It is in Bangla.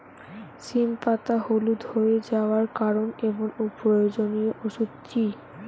সিম পাতা হলুদ হয়ে যাওয়ার কারণ এবং প্রয়োজনীয় ওষুধ কি?